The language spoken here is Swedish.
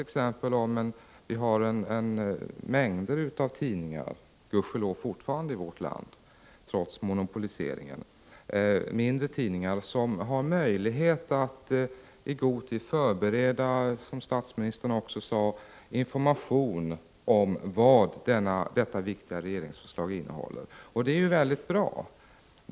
Exempelvis har vi gudskelov fortfarande, trots monopoliseringen, mängder av mindre tidningar i vårt land som har möjlighet att, som statsministern också sade, förbereda information om vad detta viktiga regeringsförslag innehåller. Det är bra.